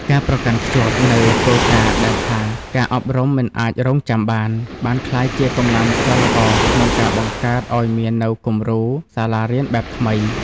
ការប្រកាន់ខ្ជាប់នូវគោលការណ៍ដែលថា «ការអប់រំមិនអាចរង់ចាំបាន» បានក្លាយជាកម្លាំងចលករក្នុងការបង្កើតឱ្យមាននូវគំរូសាលារៀនបែបថ្មី។